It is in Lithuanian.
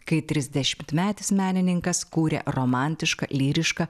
kai trisdešimtmetis menininkas kūrė romantišką lyrišką